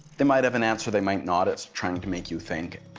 they might have an answer, they might not. it's trying to make you think.